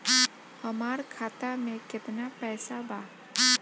हमार खाता मे केतना पैसा बा?